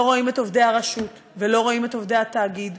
לא רואים את עובדי הרשות ולא רואים את עובדי התאגיד.